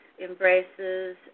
embraces